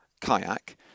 kayak